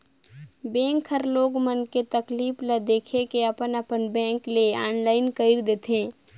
bank हर लोग मन के तकलीफ ल देख के अपन अपन बेंक ल आनलाईन कइर देथे